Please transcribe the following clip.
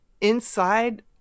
inside